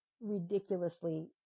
ridiculously